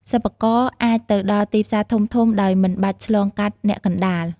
សិប្បករអាចទៅដល់ទីផ្សារធំៗដោយមិនបាច់ឆ្លងកាត់អ្នកកណ្តាល។